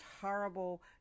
horrible